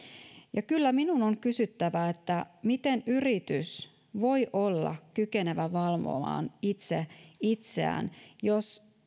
kyllä minun on kysyttävä miten yritys voi olla kykenevä valvomaan itse itseään jos yritys